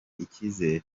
icyizere